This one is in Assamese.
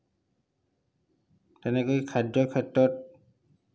তেনেকৈ খাদ্যৰ ক্ষেত্ৰত